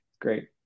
Great